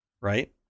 right